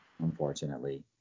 unfortunately